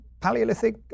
Paleolithic